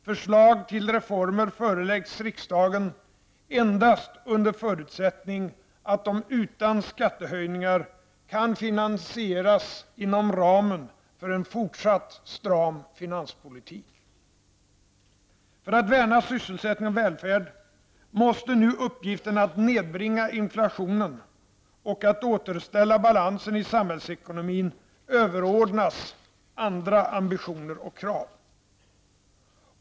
Förslag till reformer föreläggs riksdagen endast under förutsättning att de utan skattehöjningar kan finansieras inom ramen för en fortsatt stram finanspolitik. För att värna sysselsättning och välfärd måste nu uppgiften att nedbringa inflationen och att återställa balansen i samhällsekonomin överordnas andra ambitioner och krav.